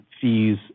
fees